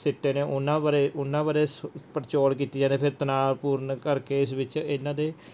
ਸਿੱਟੇ ਨੇ ਉਹਨਾਂ ਬਾਰੇ ਉਹਨਾਂ ਬਾਰੇ ਪੜਚੋਲ ਕੀਤੀ ਜਾਂਦੀ ਹੈ ਫੇਰ ਤਣਾਅ ਪੂਰਨ ਕਰਕੇ ਇਸ ਵਿੱਚ ਇਹਨਾਂ ਦੇ